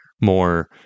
more